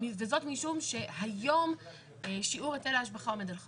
וזאת משום שהיום שיעור היטל ההשבחה עומד על 50%,